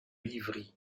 livry